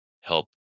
help